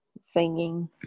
singing